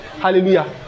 hallelujah